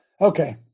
okay